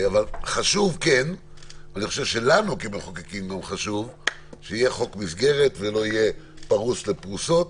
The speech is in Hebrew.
חשוב לנו כמחוקקים שיהיה חוק מסגרת שלא יהיה פרוס לפרוסות.